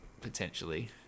potentially